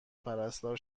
پرستار